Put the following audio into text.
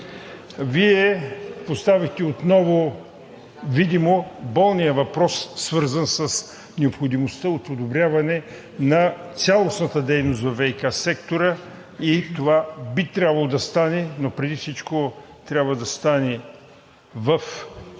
Вие поставихте отново видимо болния въпрос, свързан с необходимостта от подобряване на цялостната дейност във ВиК сектора и това би трябвало да стане, но преди всичко трябва да стане в така